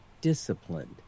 disciplined